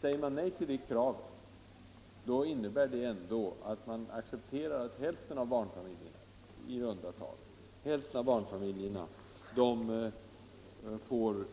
Säger man nej till det kravet, innebär det att man accepterar att i runt tal hälften av barnfamiljerna får